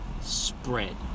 spread